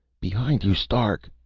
behind you, stark!